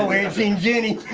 ain't seen jenny!